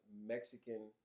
Mexican